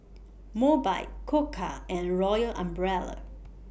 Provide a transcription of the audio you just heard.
Mobike Koka and Royal Umbrella